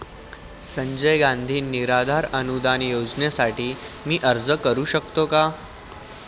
संजय गांधी निराधार अनुदान योजनेसाठी मी अर्ज करू शकतो का?